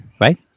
right